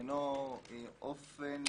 שעניינו אופן